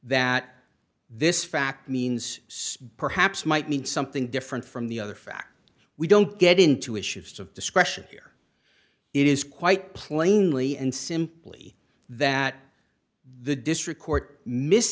that this fact means perhaps might mean something different from the other fact we don't get into issues to discretion here it is quite plainly and simply that the district court mis